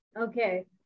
Okay